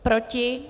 Proti?